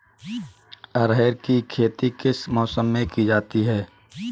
अरहर की खेती किस मौसम में की जाती है?